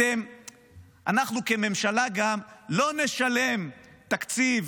אנחנו כממשלה גם לא נשלם תקציב,